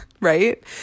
right